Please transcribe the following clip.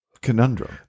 Conundrum